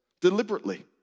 deliberately